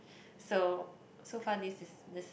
so so far this is this